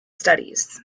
studies